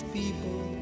people